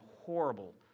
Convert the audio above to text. horrible